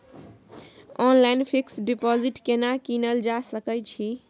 Online fix deposit केना कीनल जा सकै छी?